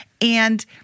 and-